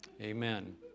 Amen